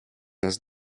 нас